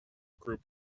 group